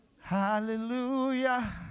hallelujah